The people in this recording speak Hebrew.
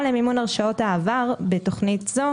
צוות הרופאים במחלקת הקורונה מבצע זאת,